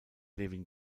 levin